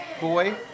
boy